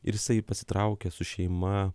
ir jisai pasitraukė su šeima